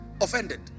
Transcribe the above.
offended